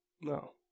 No